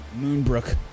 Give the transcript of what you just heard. Moonbrook